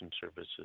services